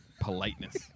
politeness